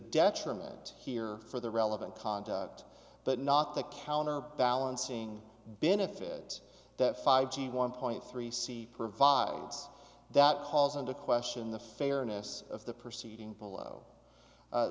detriment here for the relevant conduct but not that counterbalancing benefit that five g one point three c provides that calls into question the fairness of the proceeding below